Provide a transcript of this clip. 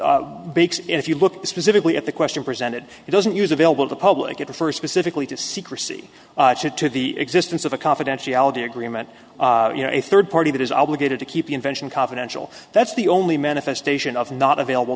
big if you look specifically at the question presented he doesn't use available to public at the first pacifically to secrecy to the existence of a confidentiality agreement you know a third party that is obligated to keep the invention confidential that's the only manifestation of not available